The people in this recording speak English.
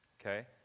Okay